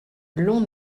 l’on